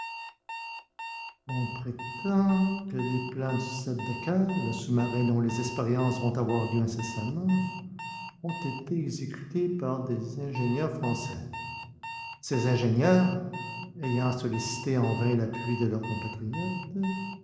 on prétend que les plans du sept de coeur le sous-marin dont les expériences vont avoir lieu incessamment ont été exécutés par des ingénieurs français ces ingénieurs ayant sollicité en vain l'appui de leurs compatriotes